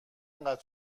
اینقدر